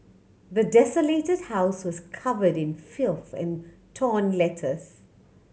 the desolated house was covered in filth and torn letters